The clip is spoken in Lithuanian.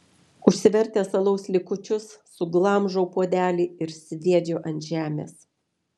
užsivertęs alaus likučius suglamžau puodelį ir sviedžiu ant žemės